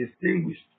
distinguished